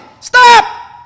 Stop